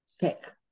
Check